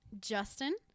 Justin